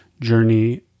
journey